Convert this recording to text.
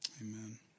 Amen